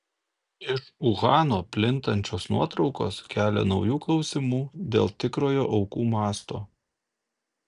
iš uhano plintančios nuotraukos kelia naujų klausimų dėl tikrojo aukų masto